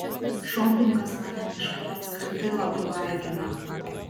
šopingas mane kažkaip apskritai labai vargina